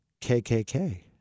KKK